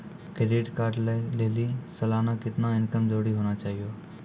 Credit card लय लेली सालाना कितना इनकम जरूरी होना चहियों?